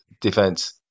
defense